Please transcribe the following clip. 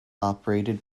operated